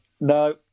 No